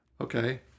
okay